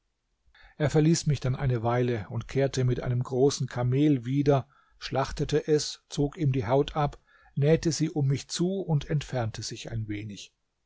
er verließ mich dann eine weile und kehrte mit einem großen kamel wieder schlachtete es zog ihm die haut ab nähte sie um mich zu und entfernte sich ein wenig